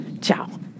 Ciao